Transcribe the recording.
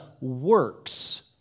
works